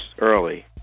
early